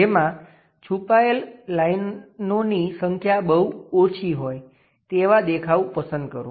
જેમાં છુપાયેલા લાઈનોની સંખ્યા બહુ ઓછી હોય તેવો દેખાવ પસંદ કરો